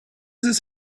his